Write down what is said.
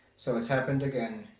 so it's happened again,